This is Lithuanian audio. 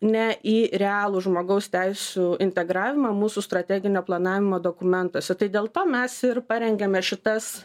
ne į realų žmogaus teisių integravimą mūsų strateginio planavimo dokumentuose tai dėl to mes ir parengėme šitas